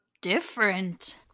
different